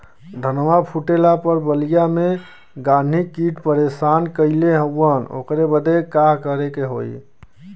धनवा फूटले पर बलिया में गान्ही कीट परेशान कइले हवन ओकरे बदे का करे होई?